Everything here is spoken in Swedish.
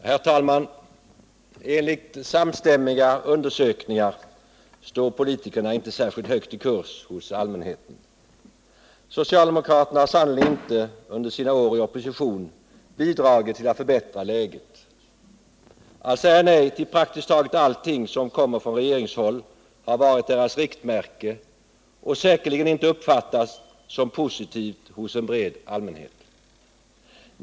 Herr talman! Enligt samstämmiga undersökningar står politikerna inte särskilt högt i kurs hos allmänheten. Socialdemokraterna har sannerligen inte under sina år i opposition bidragit till att förbättra läget. Att säga nej till praktiskt taget allting som kommer från regeringshåll har varit deras riktmärke och säkerligen inte uppfattats som positivt hos en bred allmänhet.